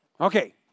Okay